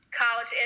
college